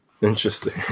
Interesting